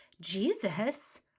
Jesus